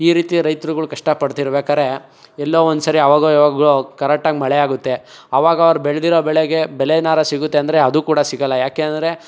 ಈ ರೀತಿ ರೈತರುಗಳು ಕಷ್ಟಪಡ್ತಿರ್ಬೇಕಾರೆ ಎಲ್ಲೋ ಒಂದು ಸರಿ ಅವಾಗೋ ಇವಾಗೋ ಕರೆಕ್ಟಾಗಿ ಮಳೆ ಆಗುತ್ತೆ ಆವಾಗ ಅವ್ರು ಬೆಳೆದಿರೋ ಬೆಳೆಗೆ ಬೆಲೆಯಾರ ಸಿಗುತ್ತೆ ಅಂದರೆ ಅದು ಕೂಡ ಸಿಗೋಲ್ಲ ಏಕೆಂದ್ರೆ